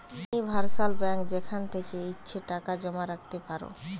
universal bank যেখান থেকে ইচ্ছে টাকা জমা রাখতে পারো